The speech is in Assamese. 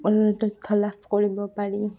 অলপ তথ্য লাভ কৰিব পাৰি